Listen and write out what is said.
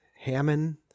Hammond